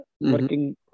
working